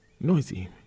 Noisy